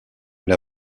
pour